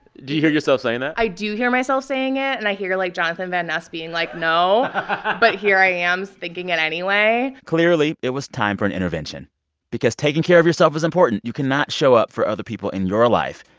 do you hear yourself saying that? i do hear myself saying it. and i hear, like, jonathan van ness being like, no but here i am thinking it anyway clearly, it was time for an intervention because taking care of yourself is important. you cannot show up for other people in your life,